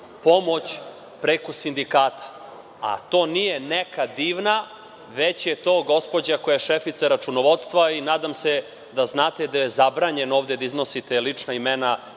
pomoć preko sindikata, a to nije neka Divna, već je to gospođa koja je šefica računovodstva i nadam se da znate da je zabranjeno ovde da iznosite lična imena